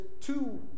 two